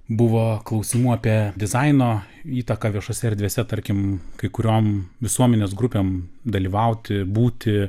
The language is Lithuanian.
buvo klausimų apie dizaino įtaką viešose erdvėse tarkim kai kuriom visuomenės grupėm dalyvauti būti